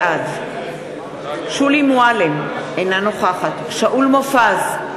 בעד שולי מועלם-רפאלי, אינה נוכחת שאול מופז,